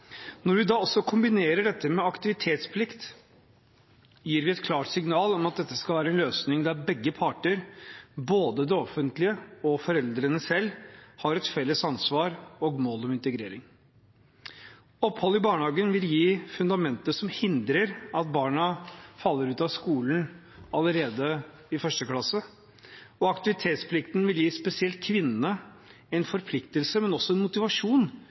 Når vi også kombinerer dette med aktivitetsplikt, gir vi et klart signal om at dette skal være en løsning der begge parter, både det offentlige og foreldrene selv, har et felles ansvar for og mål om integrering. Opphold i barnehagen vil gi fundamentet som hindrer at barna faller ut av skolen allerede i 1. klasse, og aktivitetsplikten vil gi spesielt kvinnene en forpliktelse, men også en motivasjon